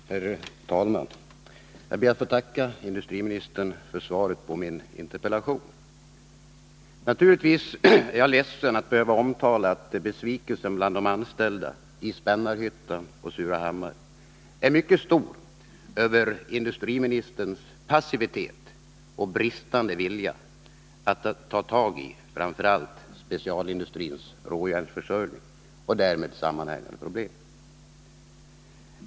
Herr talman! Jag ber att få tacka industriministern för svaret på min interpellation. Naturligtvis är jag ledsen att behöva omtala att besvikelsen bland de anställda i Spännarhyttan och Surahammar är mycket stor över industriministerns passivitet och bristande vilja att ta tag i framför allt specialstålsindustrins råjärnsförsörjning och därmed sammanhängande problematik.